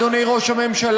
אדוני ראש הממשלה,